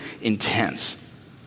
intense